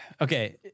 Okay